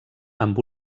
amb